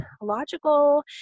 logical